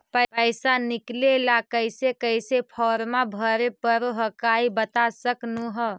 पैसा निकले ला कैसे कैसे फॉर्मा भरे परो हकाई बता सकनुह?